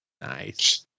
Nice